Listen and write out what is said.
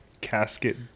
casket